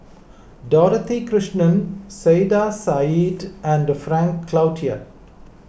Dorothy Krishnan Saiedah Said and Frank Cloutier